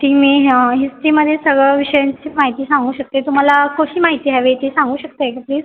ती मी हिस्टीमध्ये सगळं विषयांची माहिती सांगू शकते तुम्हाला कशी माहिती हवी आहे ते सांगू शकत आहे का प्लीज